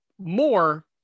more